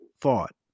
thought